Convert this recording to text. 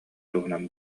туһунан